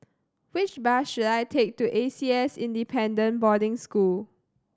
which bus should I take to A C S Independent Boarding School